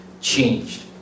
changed